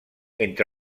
entre